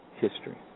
history